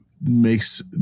makes